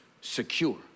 secure